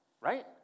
right